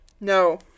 No